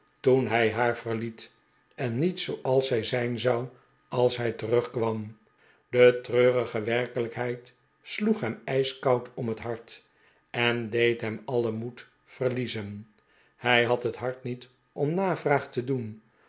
toen hij haar verliet en niet zooals zij zijn zou als hij terugkwam de treurige werkelijkheid sloeg hem ijskoud om het hart en deed hem alien moed verliezen hij had he t hart niet om navraag te doen